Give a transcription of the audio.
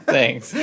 Thanks